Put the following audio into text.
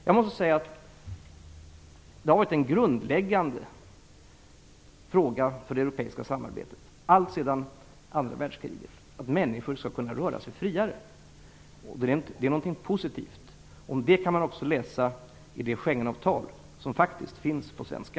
Jag måste säga att det har varit en grundläggande fråga för det europeiska samarbetet, alltsedan andra världskriget, att människor skall kunna röra sig friare. Det är något positivt. Om det kan man också läsa i det Schengenavtal som faktiskt finns på svenska.